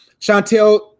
Chantel